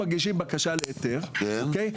אנחנו מגישים בקשה להיתר, אוקיי?